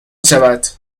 بشود